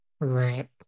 Right